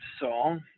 Song